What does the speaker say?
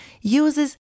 uses